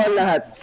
um that